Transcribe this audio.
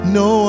no